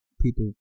people